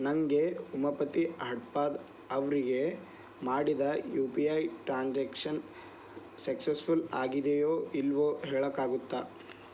ನನಗೆ ಉಮಾಪತಿ ಹಡ್ಪಾದ್ ಅವರಿಗೆ ಮಾಡಿದ U P I transaction successful ಆಗಿದೆಯೋ ಇಲ್ಲವೋ ಹೇಳೋಕ್ಕಾಗುತ್ತ